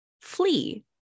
flee